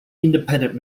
independent